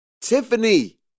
Tiffany